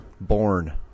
Born